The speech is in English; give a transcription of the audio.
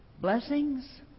Blessings